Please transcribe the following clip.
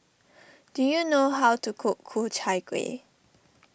do you know how to cook Ku Chai Kueh